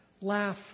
Laugh